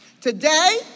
today